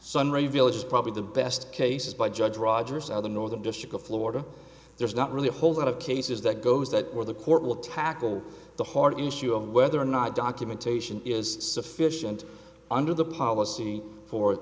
a village is probably the best case by judge rogers other northern district of florida there's not really a whole lot of cases that goes that where the court will tackle the hard issue of whether or not documentation is sufficient under the policy for